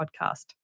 podcast